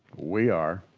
we are!